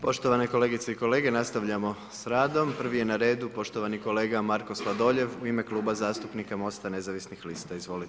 Poštovane kolegice i kolege, nastavljamo sa radom, prvi je na redu poštovani kolega Marko Sladoljev u ime Kluba zastupnika MOST-a nezavisnih lista, izvolite.